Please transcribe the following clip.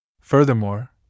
Furthermore